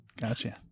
Gotcha